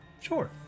Sure